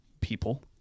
people